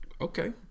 Okay